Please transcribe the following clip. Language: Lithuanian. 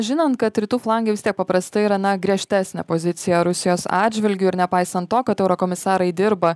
žinant kad rytų flange vis tiek paprastai yra na griežtesnė pozicija rusijos atžvilgiu ir nepaisant to kad eurokomisarai dirba